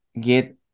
get